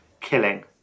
killing